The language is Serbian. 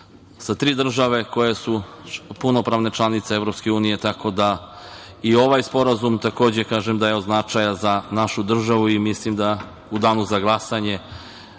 sa tri države koje su punopravne članice Evropske unije, tako da i ovaj sporazum takođe kažem da je od značaja za našu državu. Mislim da će u danu za glasanje